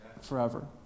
forever